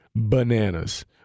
Bananas